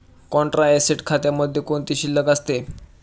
Contra asset खात्यामध्ये कोणती शिल्लक असते?